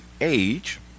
age